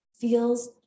feels